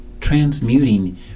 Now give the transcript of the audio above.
transmuting